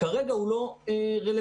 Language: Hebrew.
כרגע הוא לא רלוונטי.